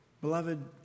beloved